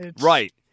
Right